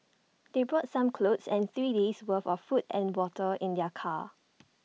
they brought some clothes and three days' worth of food and water in their car